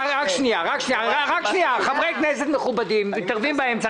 רק שנייה, חברי כנסת מכובדים מתערבים באמצע.